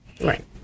Right